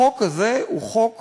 החוק הזה הוא חוק